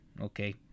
Okay